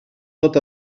tot